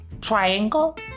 Triangle